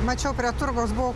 mačiau prie turgaus buvo